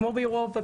כמו באירופה,